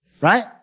Right